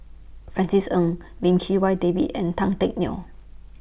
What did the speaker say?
Francis Ng Lim Chee Wai David and Tan Teck Neo